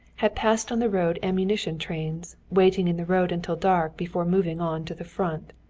had passed on the road ammunition trains, waiting in the road until dark before moving on to the front.